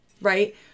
Right